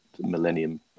Millennium